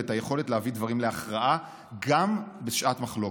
ואת היכולת להביא דברים להכרעה גם בשעת מחלוקת.